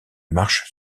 marches